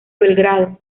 belgrado